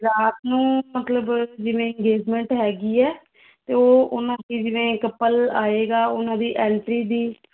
ਰਾਤ ਨੂੰ ਮਤਲਬ ਜਿਵੇਂ ਇੰਗੇਜਮੈਂਟ ਹੈਗੀ ਹੈ ਅਤੇ ਉਹ ਉਹਨੂੰ ਵੀ ਜਿਵੇਂ ਕੱਪਲ ਆਏਗਾ ਉਹਨਾਂ ਦੀ ਐਂਟਰੀ ਦੀ